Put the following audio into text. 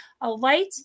alight